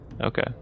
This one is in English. Okay